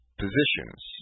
positions